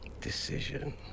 decision